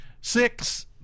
Six